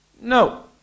No